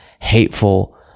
hateful